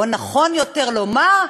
או נכון יותר לומר,